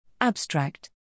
Abstract